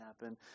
happen